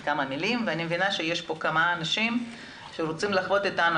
ההצעה לומר כמה מילים ואני מבינה שיש כאן כמה אנשים שרוצים לחוות איתנו